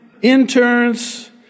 interns